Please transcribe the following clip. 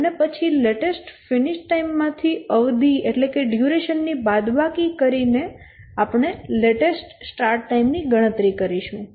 અને પછી latest finish time માં થી અવધિ ની બાદબાકી કરીને આપણે લેટેસ્ટ સ્ટાર્ટ ટાઈમ ની ગણતરી કરીશું